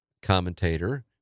commentator